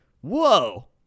Whoa